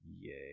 Yay